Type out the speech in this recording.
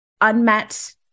unmet